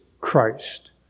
Christ